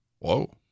whoa